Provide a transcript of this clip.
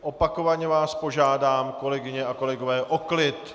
Opakovaně vás požádám, kolegyně a kolegové, o klid!